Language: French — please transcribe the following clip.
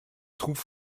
troupes